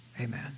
Amen